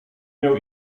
miał